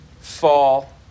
fall